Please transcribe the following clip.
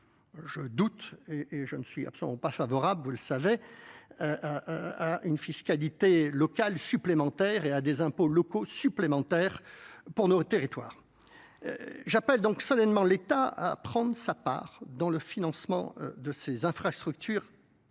Je doute et et je ne suis absolument pas favorable, vous le savez, à, à une fiscalité locale supplémentaires et à des impôts locaux supplémentaires pour nos territoires. J'appelle donc solennellement l'état à prendre sa part dans le financement de ses infrastructures.